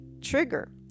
trigger